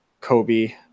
Kobe